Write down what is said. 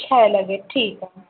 छहे लॻे ठीकु आहे